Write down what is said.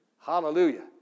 Hallelujah